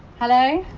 hello!